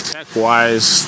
Tech-wise